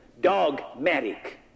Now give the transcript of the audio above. Dogmatic